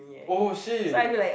!oh shit!